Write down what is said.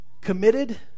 committed